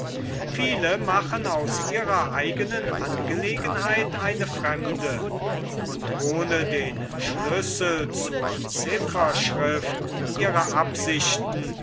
viele machen aus ihrer eigenen angelegenheit eine fremde und ohne den schlüssel zur zifferschrift ihrer absichten